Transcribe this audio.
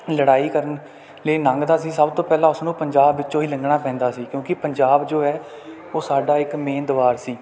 ਲੜਾਈ ਕਰਨ ਲਈ ਲੰਘਦਾ ਸੀ ਸਭ ਤੋਂ ਪਹਿਲਾਂ ਉਸਨੂੰ ਪੰਜਾਬ ਵਿੱਚੋਂ ਹੀ ਲੰਘਣਾ ਪੈਂਦਾ ਸੀ ਕਿਉਂਕਿ ਪੰਜਾਬ ਜੋ ਹੈ ਉਹ ਸਾਡਾ ਇੱਕ ਮੇਨ ਦੁਆਰ ਸੀ